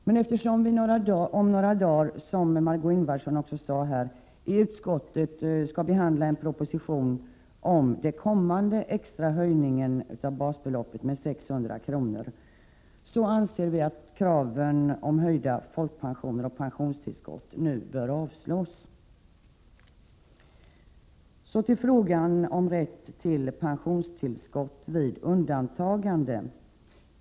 Men eftersom vi om några dagar, som Margé Ingvardsson också sade här, i utskottet skall behandla en proposition om den kommande extra höjningen av basbeloppet med 600 kr., anser vi att kraven på höjda folkpensioner och pensionstillskott nu bör avslås. Så till frågan om rätt till pensionstillskott vid undantaganden.